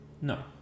No